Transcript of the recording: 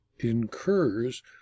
incurs